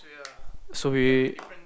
so we